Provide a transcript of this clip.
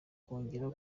kongere